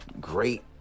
Great